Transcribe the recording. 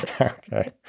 Okay